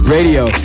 Radio